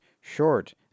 short